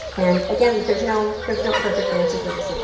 and again, there's no there's no perfect answer for this one.